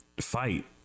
fight